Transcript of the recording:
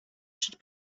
should